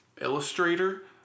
illustrator